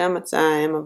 שם מצאה האם עבודה.